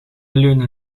leunde